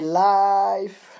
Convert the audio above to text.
life